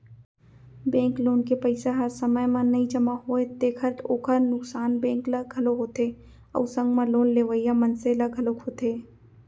bank loan के पइसा ह समे म नइ जमा होवय तेखर ओखर नुकसान बेंक ल घलोक होथे अउ संग म लोन लेवइया मनसे ल घलोक होथे